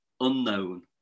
unknown